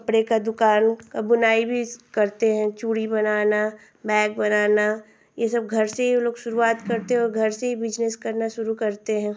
कपड़े की दुकान बुनाई भी करते हैं चूड़ी बनाना बैग बनाना यह सब घर से ही वह लोग शुरुआत करते हैं और घर से ही बिज़नेस करना शुरू करते हैं